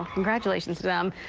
congratulations to them.